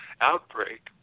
outbreak